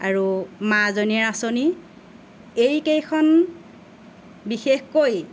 আৰু মাজনীৰ আঁচনি এইকেইখন বিশেষকৈ